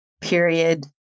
Period